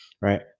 right